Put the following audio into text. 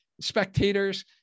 spectators